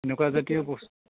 এনেকুৱা জাতীয় বস্তু